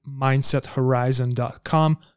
MindsetHorizon.com